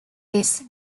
this